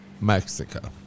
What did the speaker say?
Mexico